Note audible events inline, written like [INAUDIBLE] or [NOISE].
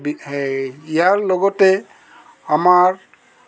[UNINTELLIGIBLE] এই ইয়াৰ লগতে আমাৰ